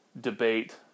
debate